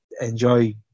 enjoy